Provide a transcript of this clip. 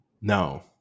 no